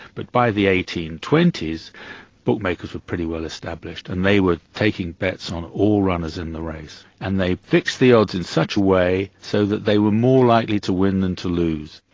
but by the eighteen twenty s bookmakers were pretty well established, and they were taking bets on all runners in the race, and they fixed the odds in such a way so that they were more likely to win than to lose.